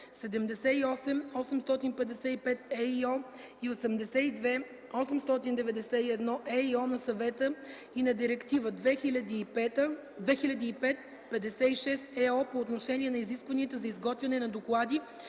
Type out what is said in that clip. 78/855/ЕИО и 82/891/ЕИО на Съвета и на Директива 2005/56/ЕО по отношение на изискванията за изготвяне на доклади